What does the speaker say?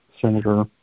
senator